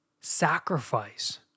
sacrifice